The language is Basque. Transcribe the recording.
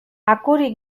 akuri